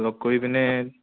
লগ কৰি পিনে